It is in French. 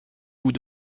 bout